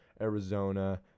Arizona